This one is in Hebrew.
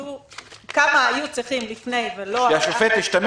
כמה היו צריכים לפני --- שהשופט השתמש